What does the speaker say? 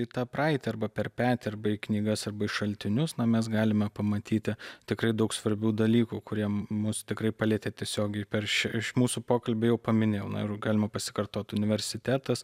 į tą praeitį arba per petį arba į knygas arba į šaltinius na mes galime pamatyti tikrai daug svarbių dalykų kurie mus tikrai palietė tiesiogiai per šią iš mūsų pokalbį jau paminėjau na ir galima pasikartot universitetas